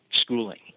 schooling